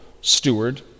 steward